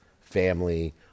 family